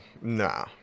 Nah